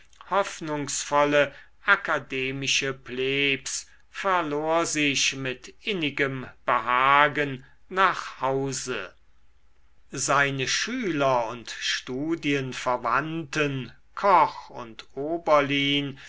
hoffnungsvolle akademische plebs verlor sich mit innigem behagen nach hause seine schüler und studienverwandten koch und oberlin